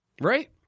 Right